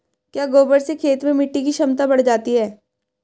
क्या गोबर से खेत में मिटी की क्षमता बढ़ जाती है?